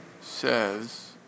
says